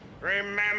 Remember